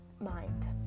mind